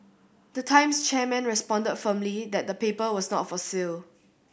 the Times chairman responded firmly that the paper was not for sale